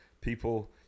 people